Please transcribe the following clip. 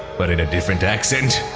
but in a different accent.